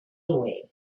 away